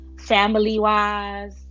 Family-wise